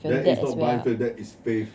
that is not blind faith that is faith